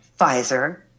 Pfizer